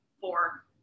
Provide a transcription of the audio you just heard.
four